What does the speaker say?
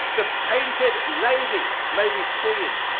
the painted lady may be seen.